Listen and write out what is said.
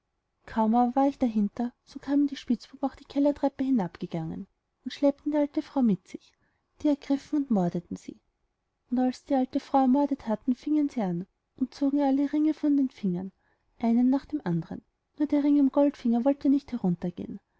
kaum aber war ich dahinter so kamen die spitzbuben auch die kellertreppe hinabgegangen und schleppten eine alte frau mit sich die ergriffen und mordeten sie und als sie die alte frau ermordet hatten fingen sie an und zogen ihr alle ringe von den fingern einen nach dem andern nur der ring am goldfinger wollte nicht heruntergehen